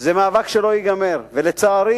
זה מאבק שלא ייגמר, ולצערי